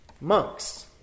monks